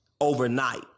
overnight